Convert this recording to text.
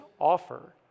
offer